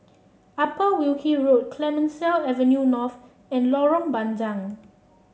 Upper Wilkie Road Clemenceau Avenue North and Lorong Bandang